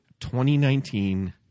2019